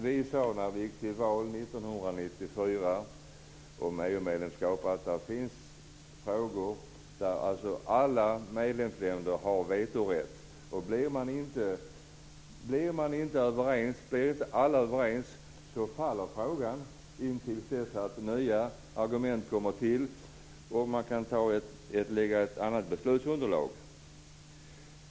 Vi sade när vi gick till val om EU-medlemskapet 1994 att det finns frågor där alla medlemsländer har vetorätt. Blir inte alla överens faller frågan till dess att nya argument kommer till och man får ett annat beslutsunderlag.